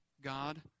God